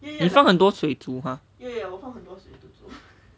你放很多水煮 har